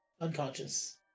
Unconscious